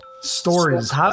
stories